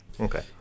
Okay